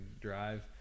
drive